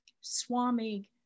Swami